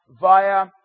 via